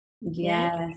Yes